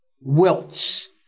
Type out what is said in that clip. wilts